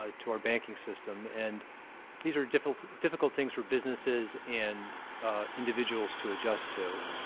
ah to our banking system. and these are difficult difficult things for businesses and individuals to adjust to.